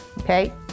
okay